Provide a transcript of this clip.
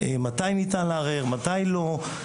מתי ניתן לערער, מתי לא.